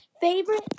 favorite